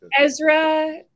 Ezra